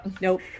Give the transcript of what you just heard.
nope